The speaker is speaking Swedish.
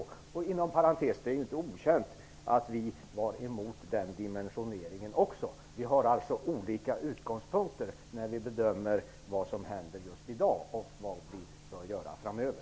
Det är inom parentes sagt inte okänt att vi var emot den dimensioneringen också. Vi har alltså olika utgångspunkter när vi bedömer vad som händer i dag och vad vi bör göra framöver.